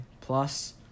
plus